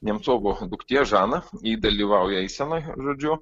nemcovo duktė žana ji dalyvauja eisenoj žodžiu